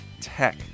Tech